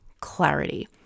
clarity